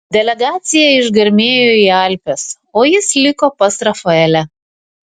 delegacija išgarmėjo į alpes o jis liko pas rafaelę